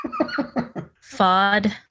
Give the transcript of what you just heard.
FOD